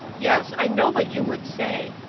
yes, i know what you would say.